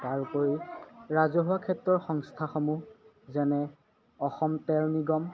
তাৰোপৰিও ৰাজহুৱা ক্ষেত্ৰৰ সংস্থাসমূহ যেনে অসম তেল নিগম